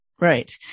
Right